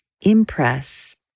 impress